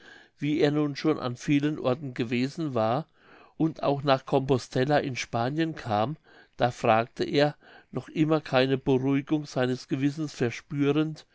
wie er nun schon an vielen orten gewesen war und auch nach compostella in spanien kam da fragte er noch immer keine beruhigung seines gewissens verspürend